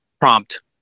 prompt